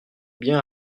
bien